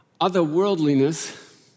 Otherworldliness